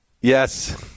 Yes